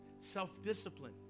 self-discipline